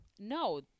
No